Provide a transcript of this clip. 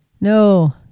No